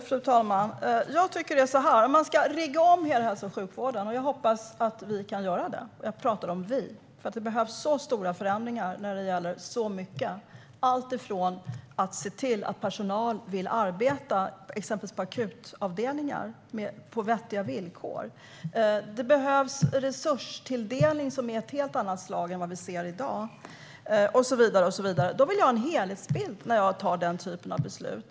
Fru talman! Jag hoppas att vi kan rigga om hela hälso och sjukvården. Jag talar om "vi", för det behövs stora förändringar när det gäller mycket. Det gäller bland annat att se till att personal vill arbeta på till exempel akutavdelningar, med vettiga villkor, och det behövs resurstilldelning av ett helt annat slag än vad vi ser i dag. Om vi ska göra detta - om jag ska vara med och fatta den typen av beslut - vill jag ha en helhetsbild.